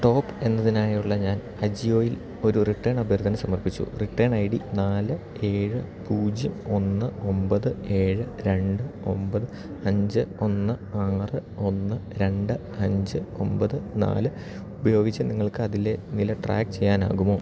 top എന്നതിനായുള്ള ഞാൻ അജിയോയിൽ ഒരു റിട്ടേൺ അഭ്യർത്ഥന സമർപ്പിച്ചു റിട്ടേൺ ഐ ഡി നാല് ഏഴ് പൂജ്യം ഒന്ന് ഒമ്പത് ഏഴ് രണ്ട് ഒമ്പത് അഞ്ച് ഒന്ന് ആറ് ഒന്ന് രണ്ട് അഞ്ച് ഒമ്പത് നാല് ഉപയോഗിച്ച് നിങ്ങൾക്കതിലെ നില ട്രാക്ക് ചെയ്യാനാകുമോ